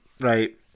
Right